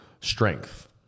strength